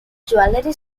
jewellery